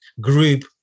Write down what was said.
Group